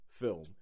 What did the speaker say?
film